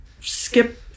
skip